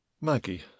maggie